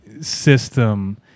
system